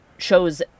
shows